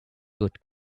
good